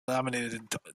laminated